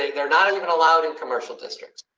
they're not even allowed in commercial districts,